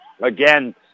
Again